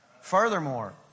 Furthermore